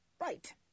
Right